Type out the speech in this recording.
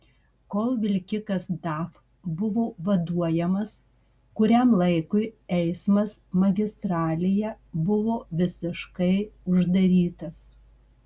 kol vilkikas daf buvo vaduojamas kuriam laikui eismas magistralėje buvo visiškai uždarytas